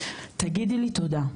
תגידי לי תודה.